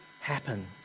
happen